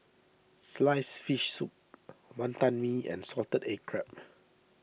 Sliced Fish Soup Wantan Mee and Salted Egg Crab